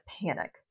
panic